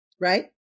right